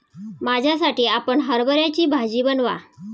माझ्यासाठी आपण हरभऱ्याची भाजी बनवा